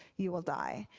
you will die.